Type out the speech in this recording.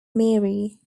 mary